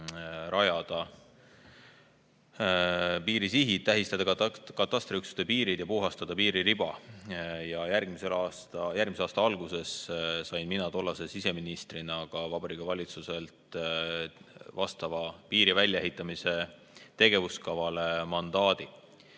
rajada piirisihid, tähistada katastriüksuste piirid ja puhastada piiririba. Ja järgmise aasta alguses sain mina tollase siseministrina ka Vabariigi Valitsuselt vastavale piiri väljaehitamise tegevuskavale mandaadi.